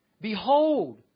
Behold